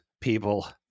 people